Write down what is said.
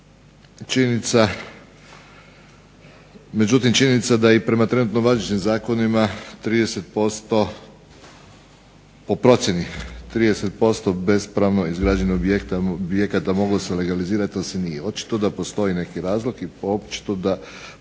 Činjenica da prema trenutno važećim zakonima 30% po procjeni 30% bespravno izgrađenih objekta mogu se legalizirati ali se nije. Očito da postoji neki razlog i očito da